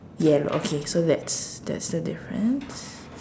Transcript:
yellow okay so that's that's the difference